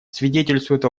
свидетельствуют